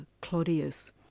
Claudius